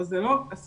אבל זה לא הסיפור